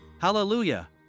Hallelujah